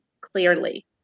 clearly